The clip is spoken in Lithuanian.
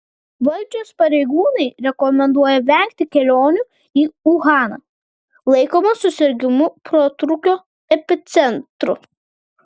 valdžios pareigūnai rekomenduoja vengti kelionių į uhaną laikomą susirgimų protrūkio epicentru